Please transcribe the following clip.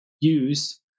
use